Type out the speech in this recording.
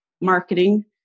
marketing